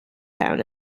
town